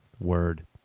word